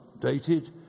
dated